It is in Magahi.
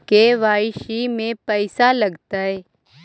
के.वाई.सी में पैसा लगतै?